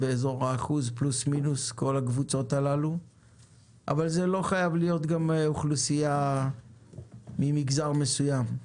אבל זה לא בהכרח אוכלוסייה ממגזר מסוים.